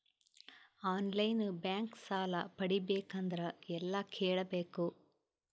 On line bank ಸಾಲ ಪಡಿಬೇಕಂದರ ಎಲ್ಲ ಕೇಳಬೇಕು?